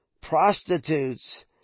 prostitutes